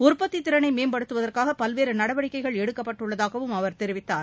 உற்பத்தித் திறளை மேம்படுத்துவதற்காக பல்வேறு நடவடிக்கைகள் எடுக்கப்பட்டுள்ளதாகவும் அவர் மேற்கொள்ளப்பட்ட தெரிவித்தார்